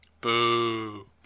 boo